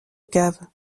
cave